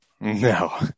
No